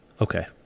Okay